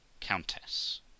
Countess